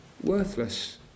worthless